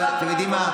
אבל אתם יודעים מה?